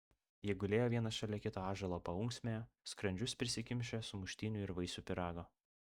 jie gulėjo vienas šalia kito ąžuolo paunksmėje skrandžius prisikimšę sumuštinių ir vaisių pyrago